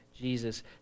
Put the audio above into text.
jesus